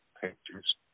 pictures